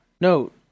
Note